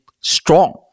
strong